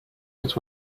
but